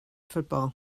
football